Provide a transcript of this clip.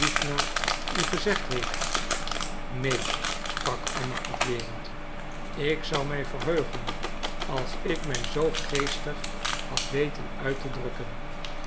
u gezegd heeft neen sprak anna afwerend ik zou mij verheugen als ik mij zoo geestig had weten uit te drukken